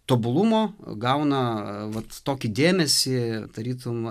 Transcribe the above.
tobulumo gauna vat tokį dėmesį tarytum